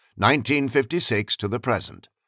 1956-to-the-present